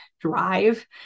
drive